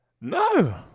No